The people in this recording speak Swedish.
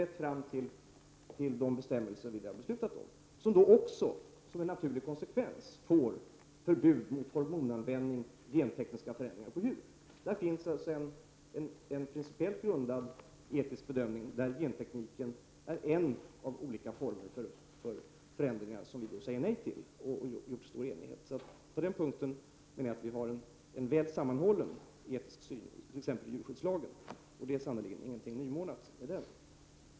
Detta har lett fram till de bestämmelser som vi har fattat beslut om. Dessa får som en naturlig konsekvens förbud mot hormonanvändning och gentekniska förändringar på djur. Det är alltså en principiellt grundad etisk bedömning, där gentekniken är en av de olika former för förändringar som vi säger nej till. Där råder stor enighet. Så på den punkten har vi väl sammanhållen etisk syn i t.ex. djurskyddslagen. Det är sannerligen ingenting nymornat i detta.